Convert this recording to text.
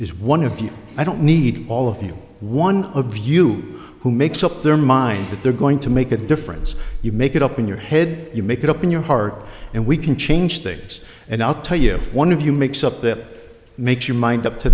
is one of you i don't need all of you one of you who makes up their mind that they're going to make a difference you make it up in your head you make it up in your heart and we can change things and i'll tell you one of you makes up that makes your mind up to